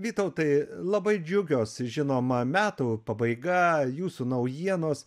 vytautai labai džiaugiuos žinoma metų pabaiga jūsų naujienos